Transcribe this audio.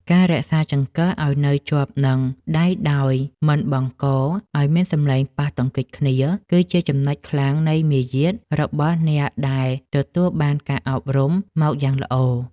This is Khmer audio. ការរក្សាចង្កឹះឱ្យនៅជាប់នឹងដៃដោយមិនបង្កឱ្យមានសំឡេងប៉ះទង្គិចគ្នាគឺជាចំណុចខ្លាំងនៃមារយាទរបស់អ្នកដែលទទួលបានការអប់រំមកយ៉ាងល្អ។